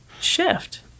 shift